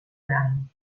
gran